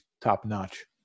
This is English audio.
top-notch